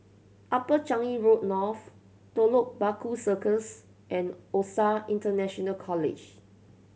Upper Changi Road North Telok Paku Circus and OSAC International College